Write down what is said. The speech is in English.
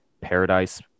paradise